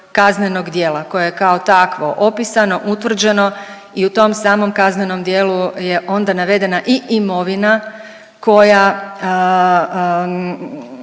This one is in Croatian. kaznenog djela koje je kao takvo opisano, utvrđeno i u tom samom kaznenom dijelu je onda navedena i imovina koja